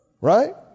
right